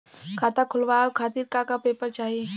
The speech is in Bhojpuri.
खाता खोलवाव खातिर का का पेपर चाही?